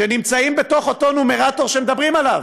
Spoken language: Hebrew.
שנמצאים בתוך אותו נומרטור שמדברים עליו,